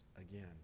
again